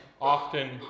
often